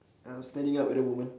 I'm standing up at the moment